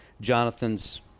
Jonathan's